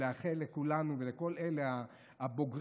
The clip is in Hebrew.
לאחל לכולנו ולכל אלה הבוגרים,